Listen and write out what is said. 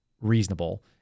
reasonable